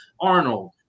Arnold